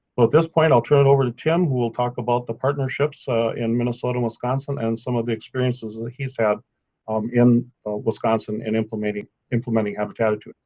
well at this point i'll turn it over to tim who will talk about the partnerships in minnesota, wisconsin, and some of the experiences that he's had in wisconsin in implementing implementing habitattitude